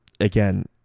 again